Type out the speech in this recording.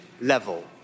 level